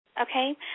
okay